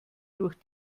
durch